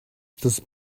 this